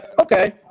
Okay